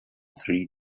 three